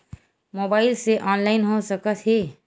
Mobile से online हो सकत हे?